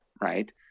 right